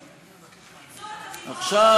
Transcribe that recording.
בקיצור,